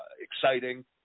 exciting